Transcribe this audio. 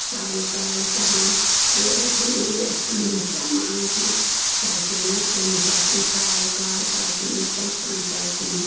سالہٕ کالہٕ کَران بیٚیہِ حظ چھِ مےٚ ویٚس شَمہٕ آنٛٹی سۄ حظ چھِ مےٚ تٔمِس آسان سال کال سۄ حظ چھِ مےٚ پرٛژھان سۄ حظ چھِ مےٚ